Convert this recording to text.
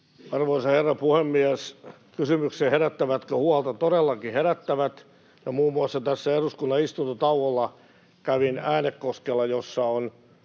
Arvoisa herra puhemies! Kysymykseen, herättävätkö huolta: todellakin herättävät. Muun muassa tässä eduskunnan istuntotauolla kävin Äänekoskella, missä on